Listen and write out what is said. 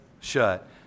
shut